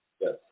yes